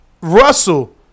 Russell